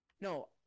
No